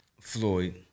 Floyd